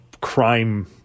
crime